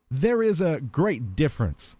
there is a great difference,